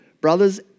Brothers